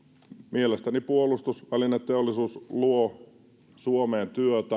mielestäni puolustusvälineteollisuus luo suomeen työtä